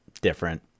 different